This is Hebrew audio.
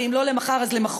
ואם לא למחר אז למחרתיים,